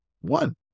One